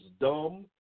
dumb